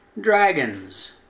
Dragons